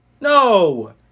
No